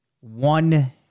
one